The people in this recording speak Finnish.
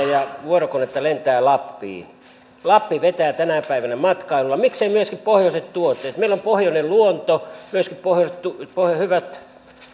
ja vuorokonetta lentää lappiin lappi vetää tänä päivänä matkailua mikseivät myöskin pohjoiset tuotteet meillä on pohjoinen luonto myöskin hyvät